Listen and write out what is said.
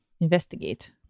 investigate